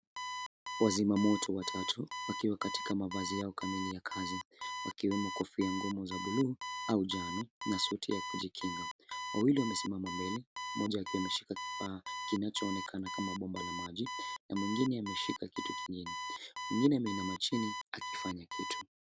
Wazima moto watatu wakiwa katika mavazi yao kamili ya kazi wakiwemo kofia ngumu za bluu au njano na suti ya kujikinga . Wawili wamesimama mbele mmoja akiwa ameshika kifaa kinachooekana kama bomba la maji na mwingine ameshika kitu kingine. Mwingine ameinama chini akifanya kitu.